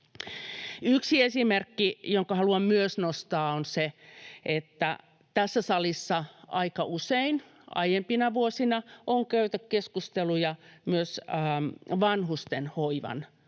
Yksi esimerkki, jonka haluan myös nostaa, on se, että tässä salissa aika usein aiempina vuosina on käyty keskusteluja myös vanhustenhoivan laadusta.